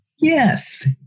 Yes